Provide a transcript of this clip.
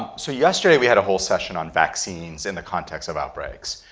so yesterday, we had a whole session on vaccines in the context of outbreaks.